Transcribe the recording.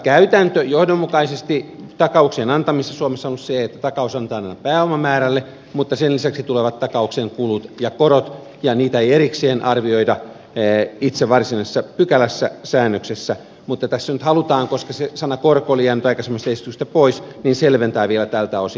käytäntö johdonmukaisesti takauksien antamisessa suomessa on ollut se että ta kaus annetaan aina pääomamäärälle mutta sen lisäksi tulevat takauksen kulut ja korot ja niitä ei erikseen arvioida itse varsinaisessa pykälässä säännöksessä mutta tässä nyt halutaan koska sana korko oli jäänyt aikaisemmasta esityksestä pois selventää vielä tältä osin